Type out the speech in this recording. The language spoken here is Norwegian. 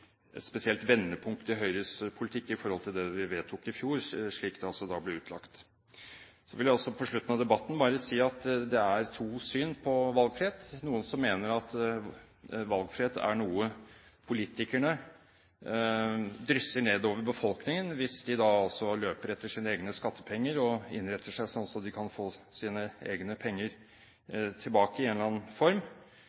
spesielt vendepunkt i Høyres politikk i forhold til det vi vedtok i fjor, slik det altså da ble utlagt. Så vil jeg på slutten av debatten bare si at det er to syn på valgfrihet. Det er noen som mener at valgfrihet er noe politikerne drysser ned over befolkningen hvis de løper etter sine egne skattepenger og innretter seg slik at de kan få sine egne penger